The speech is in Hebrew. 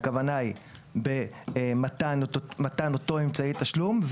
הכוונה היא במתן אותו אמצעי תשלום,